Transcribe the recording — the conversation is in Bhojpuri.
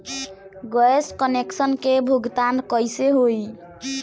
गैस कनेक्शन के भुगतान कैसे होइ?